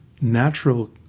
natural